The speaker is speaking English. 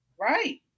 Right